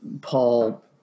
paul